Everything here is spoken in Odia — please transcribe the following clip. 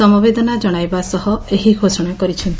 ସମବେଦନା ଜଣାଇବା ସହ ଏହି ଘୋଷଣା କରିଛନ୍ତି